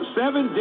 seven